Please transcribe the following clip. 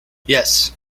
yes